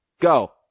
Go